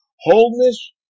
wholeness